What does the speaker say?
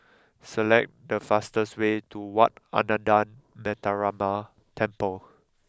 select the fastest way to Wat Ananda Metyarama Temple